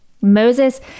Moses